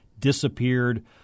disappeared